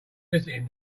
visiting